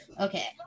Okay